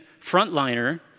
frontliner